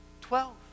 Twelve